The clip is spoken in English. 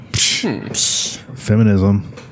Feminism